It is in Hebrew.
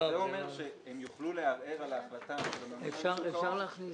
הווי אומר שהם יוכלו לערער על ההחלטה של הממונה על שוק ההון